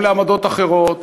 גם לעמדות אחרות.